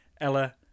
Ella